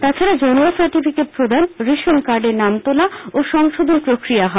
তাছাড়া জন্ম সার্টিফিকেট প্রদান রেশন কার্ডের নাম তোলা ও সংশোধন প্রক্রিয়া হয়